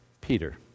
Peter